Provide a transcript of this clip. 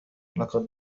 لقد